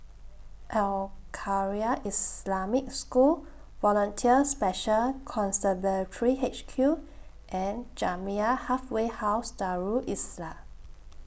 Al Khairiah Islamic School Volunteer Special Constabulary H Q and Jamiyah Halfway House Darul Islah